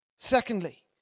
Secondly